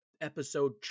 episode